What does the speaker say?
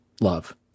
love